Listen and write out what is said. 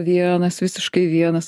vienas visiškai vienas